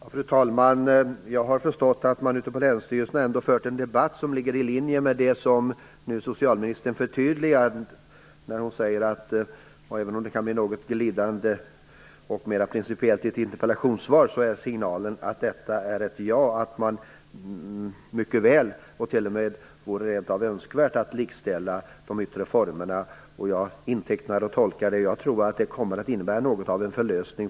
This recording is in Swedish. Fru talman! Jag har förstått att man ute vid länsstyrelserna har fört en debatt som ligger i linje med det som socialministern nu förtydligar. Även om det kan framstå som något glidande och principiellt i ett interpellationssvar, är ändå signalen att det mycket väl går och att det rent av vore önskvärt att likställa de yttre formerna. Jag intecknar och tolkar detta, som jag tror kommer att innebära något av en förlösning.